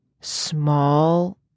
small